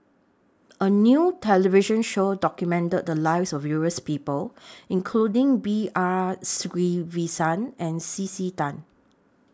A New television Show documented The Lives of various People including B R Sreenivasan and C C Tan